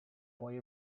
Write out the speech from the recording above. boy